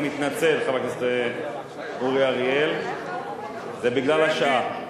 אני מתנצל, חבר הכנסת אורי אריאל, זה בגלל השעה.